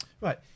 Right